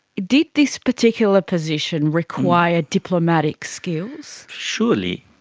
did this particular position require diplomatic skills? surely,